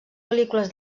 pel·lícules